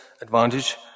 advantage